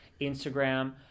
Instagram